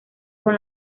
con